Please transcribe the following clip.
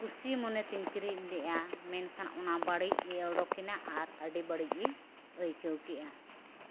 ᱠᱩᱥᱤ ᱢᱚᱱᱮᱛᱮᱧ ᱠᱤᱨᱤᱧ ᱞᱮᱫᱼᱟ ᱢᱮᱱᱠᱷᱟᱱ ᱚᱱᱟ ᱵᱟᱹᱲᱤᱡ ᱜᱮ ᱚᱰᱳᱠᱮᱱᱟ ᱟᱨ ᱟᱹᱰᱤ ᱵᱟᱹᱲᱤᱡ ᱜᱤᱧ ᱟᱹᱭᱠᱟᱹᱣᱠᱮᱫᱼᱟ